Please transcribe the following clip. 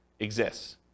exists